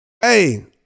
Hey